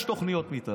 יש תוכניות מתאר.